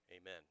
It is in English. amen